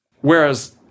Whereas